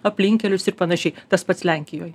aplinkkelius ir panašiai tas pats lenkijoj